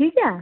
ठीक ऐ